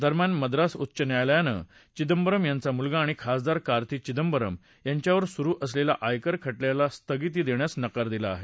दरम्यान मद्रास उच्च न्यायालयानं चिंदबरम यांचा मुलगा आणि खासदार कार्ती चिंदबरम यांच्यावर सुरु असलेल्या आयकर खटल्याला स्थगिती देण्यास नकार दिला आहे